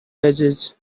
edges